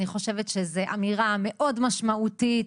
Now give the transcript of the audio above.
אני חושבת שזו אמירה מאוד משמעותית,